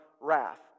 wrath